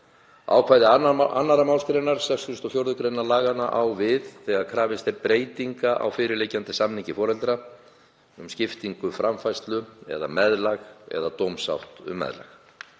Ákvæði 2. mgr. 64. gr. laganna á við þegar krafist er breytinga á fyrirliggjandi samningi foreldra um skiptingu framfærslu eða meðlag eða dómsátt um meðlag.